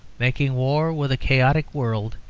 making war with a chaotic world,